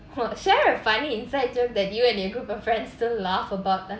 oh share a funny inside joke that your group of friends still laugh about that